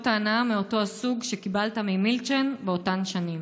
ההנאה מאותו הסוג שקיבלת ממילצ'ן באותן שנים,